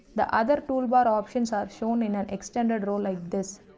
the other tool bar options are shown in an extended role like this.